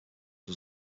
was